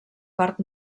part